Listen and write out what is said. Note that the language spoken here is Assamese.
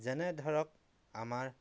যেনে ধৰক আমাৰ